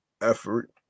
effort